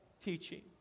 teaching